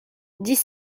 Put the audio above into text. dix